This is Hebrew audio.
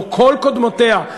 כמו כל קודמותיה,